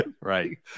Right